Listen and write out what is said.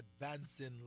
advancing